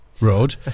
Road